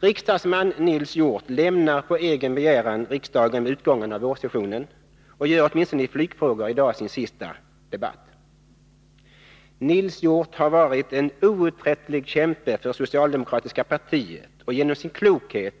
Riksdagsman Nils Hjorth lämnar på egen begäran riksdagen vid utgången av innevarande riksmöte och deltar i dag i sin sista debatt åtminstone när det gäller flygfrågan. Nils Hjorth har varit en outtröttlig kämpe för det socialdemokratiska partiet och har genom sin klokhet,